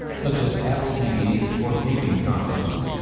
such as apple tvs or gaming consoles.